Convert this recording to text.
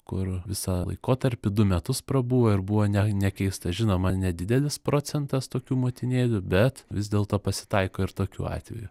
kur visą laikotarpį du metus prabuvo ir buvo ne nekeista žinoma nedidelis procentas tokių motinėlių bet vis dėlto pasitaiko ir tokių atvejų